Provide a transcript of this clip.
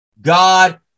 God